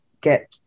get